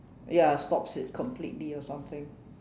ya stops it completely or something